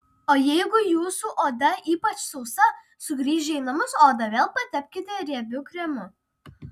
o jeigu jūsų oda ypač sausa sugrįžę į namus odą vėl patepkite riebiu kremu